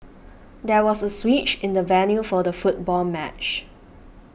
there was a switch in the venue for the football match